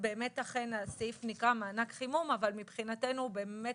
באמת אכן הסעיף נקרא מענק חימום אבל מבחינתנו הוא באמת